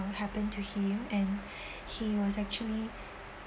what happened to him and he was actually